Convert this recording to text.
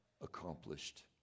accomplished